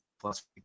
plus